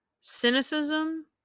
cynicism